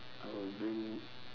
I will bring